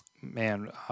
man